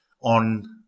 on